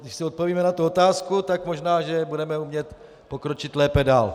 Když si odpovíme na tu otázku, tak možná že budeme umět pokročit lépe dál.